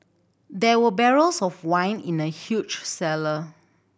there were barrels of wine in the huge cellar